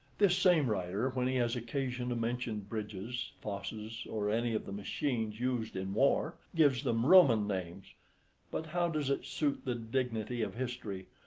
this same writer, when he has occasion to mention bridges, fosses, or any of the machines used in war, gives them roman names but how does it suit the dignity of history,